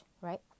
right